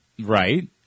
Right